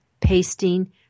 pasting